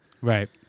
right